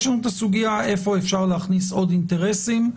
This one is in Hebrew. יש לנו הסוגיה איפה אפשר להכניס עוד אינטרסים.